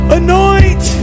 anoint